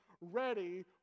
ready